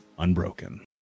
unbroken